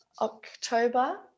October